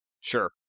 Sure